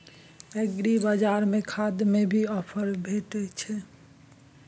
एग्रीबाजार में खाद में भी ऑफर भेटय छैय?